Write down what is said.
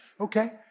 Okay